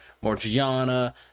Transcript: Morgiana